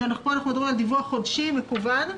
אנחנו מדברים על דיווח חודשי מקוון.